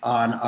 on